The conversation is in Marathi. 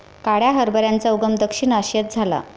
काळ्या हरभऱ्याचा उगम दक्षिण आशियात झाला